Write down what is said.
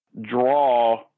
draw